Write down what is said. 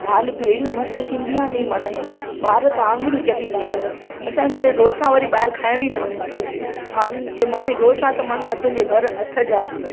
दालि बि हेड़ी मस्तु थींदी आहे नी माना ईअं ॿार त आंगुर ई चटींदा अथव असांजे घरु डोसा वरी ॿाहिरि खाइण ई वञनि केर बि हा चवे ममी डोसा त माना तुंहिंजे घरु हथ जा